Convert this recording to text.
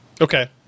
Okay